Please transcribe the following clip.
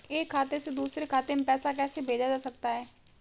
एक खाते से दूसरे खाते में पैसा कैसे भेजा जा सकता है?